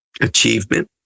Achievement